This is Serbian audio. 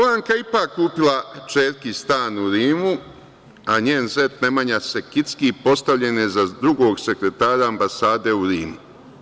Jorgovanka je ipak kupila ćerki stan u Rimu, a njen zet Nemanja Sekicki postavljen je za drugog sekretara ambasade u Rimu.